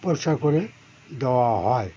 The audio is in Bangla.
পরিস্কার করে দেওয়া হয়